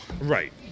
Right